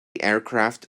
aircraft